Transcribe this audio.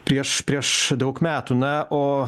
prieš prieš daug metų na o